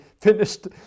finished